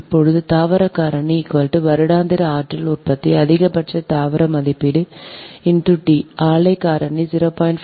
இப்போதுபிளான்ட் காரணி வருடாந்திர ஆற்றல் உற்பத்தி அதிகபட்சபிளான்ட் மதிப்பீடு T ஆலை காரணி 0